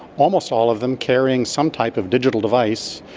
almost all of them carrying some type of digital device,